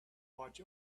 watch